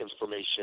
information